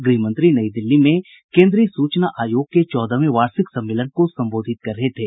गृहमंत्री नई दिल्ली में केन्द्रीय सूचना आयोग के चौदहवें वार्षिक सम्मेलन को संबोधित कर रहे थे